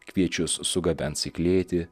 kviečius sugabens į klėtį